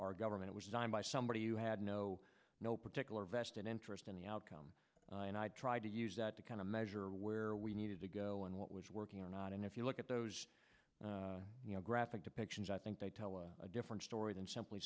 our government was signed by somebody who had no no particular vested interest in the outcome and i tried to use that to kind of measure where we needed to go and what was working or not and if you look at those graphic depictions i think they tell us a different story than simply